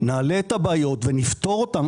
נעלה את הבעיות ונפתור אותן.